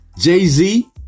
Jay-Z